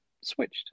switched